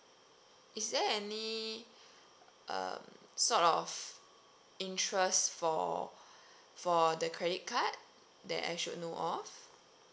is there any uh sort of interest for for the credit card that I should know of